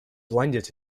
blinded